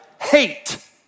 hate